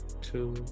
two